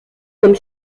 comme